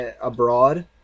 abroad